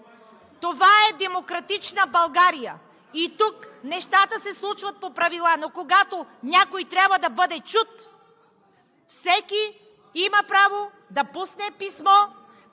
Това е демократична България! И тук нещата се случват по правила. Но когато някой трябва да бъде чут, всеки има право да пусне писмо,